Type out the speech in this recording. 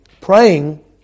praying